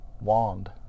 wand